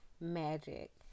magic